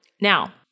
Now